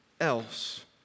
Else